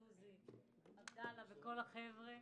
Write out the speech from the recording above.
סוזי, עבאללה וכל החבר'ה.